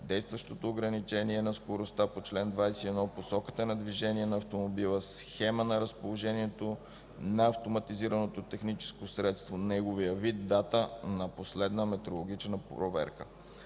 действащото ограничение на скоростта по чл. 21, посоката на движение на автомобила, схема на разположението на автоматизираното техническо средство, неговия вид, дата на последна метрологична проверка.